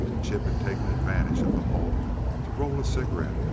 chip had taken advantage of the halt to roll a cigarette,